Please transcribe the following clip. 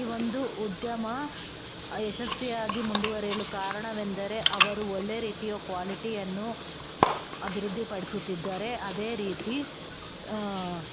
ಈ ಒಂದು ಉದ್ಯಮ ಯಶಸ್ವಿಯಾಗಿ ಮುಂದುವರೆಯಲು ಕಾರಣವೆಂದರೆ ಅವರು ಒಳ್ಳೆಯ ರೀತಿಯ ಕ್ವಾಲಿಟಿಯನ್ನು ಅಭಿವೃದ್ಧಿಪಡಿಸುತ್ತಿದ್ದಾರೆ ಅದೇ ರೀತಿ